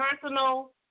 personal